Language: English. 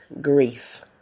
grief